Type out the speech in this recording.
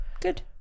good